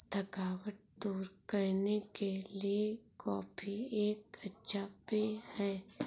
थकावट दूर करने के लिए कॉफी एक अच्छा पेय है